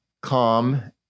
calm